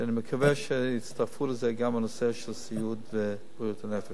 ואני מקווה שיצטרפו לזה גם הנושא של סיעוד והנושא של בריאות הנפש.